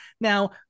Now